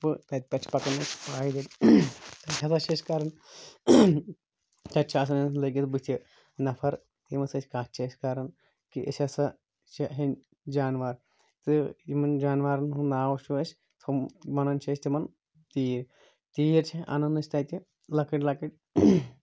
پہٕ تَتہِ پٮ۪ٹھ چھِ پَکان أسۍ پایدٔلۍ تَتہِ ہسا چھِ أسۍ کَران تَتہِ چھِ آسان اَسہِ لگِتھ بٕتھِ نَفَر یِمَن سۭتۍ کَتھ چھِ أسۍ کَران کہ أسۍ ہسا چھِ ہیٚنۍ جاناوَار تہٕ یِمَن جاناوَارَن ہُنٛد ناو چھُ اَسہِ تھوٚم وَنان چھِ أسۍ تِمَن تیٖرۍ تیٖرۍ چھِ اَنان أسۍ تَتہِ لۄکٕٹۍ لۄکٕٹۍ